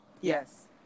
Yes